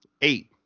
eight